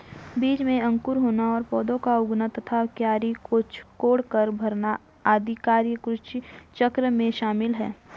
बीज में अंकुर होना और पौधा का उगना तथा क्यारी को कोड़कर भरना आदि कार्य कृषिचक्र में शामिल है